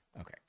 Okay